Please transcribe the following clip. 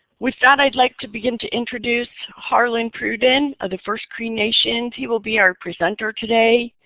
with that i'd like to begin to introduce harlan pruden of the first cree nation. he will be our presenter today.